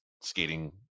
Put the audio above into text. skating